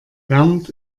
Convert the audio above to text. bernd